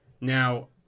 Now